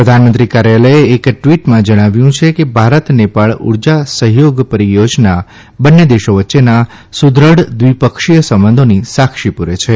પ્રધાનમંત્રી કાર્યાલયે એક ટિવટમાં જણાવ્યું છે કે ભારત ને ાળ ઉર્જા સહયોગ રિયોજના બંને દેશો વચ્ચેના સૃદૃઢ લ્લિંગ ક્ષીય સંબધોની સાક્ષી પૂરે છે